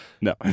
no